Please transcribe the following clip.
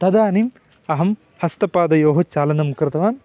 तदानीम् अहं हस्तपादयोः चालनं कृतवान्